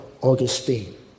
Augustine